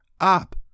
up